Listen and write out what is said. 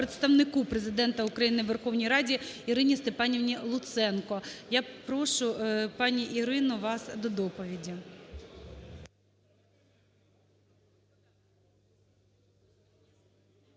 Представнику Президента України в Верховній Раді Ірині Степанівні Луценко. Я прошу, пані Ірино, вас до доповіді.